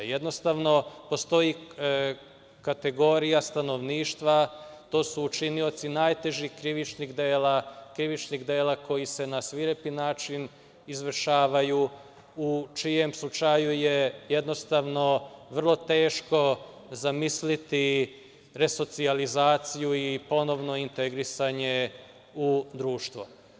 Jednostavno postoji kategorija stanovništva, to su činioci najtežih krivičnih dela koji se na svirepi način izvršavaju u čijem slučaju je jednostavno vrlo teško zamisliti resocijalizaciju i ponovno integrisanje u društvo.